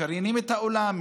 משריינים את האולם,